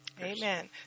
Amen